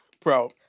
Bro